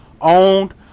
owned